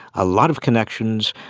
a lot of connections,